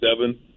seven